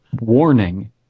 Warning